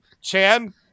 Chan